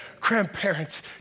Grandparents